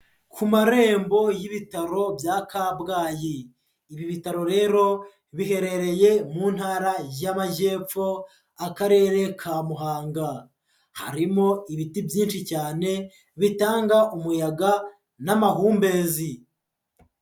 Ku marembo y'ibitaro bya Kabgayi. Ibi bitaro rero biherereye mu ntara y'Amajyepfo, Akarere ka Muhanga, harimo ibiti byinshi cyane bitanga umuyaga n'amahumbezi.